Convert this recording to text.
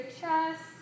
chest